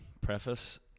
preface